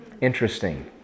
Interesting